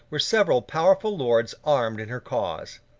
where several powerful lords armed in her cause.